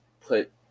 put